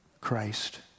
Christ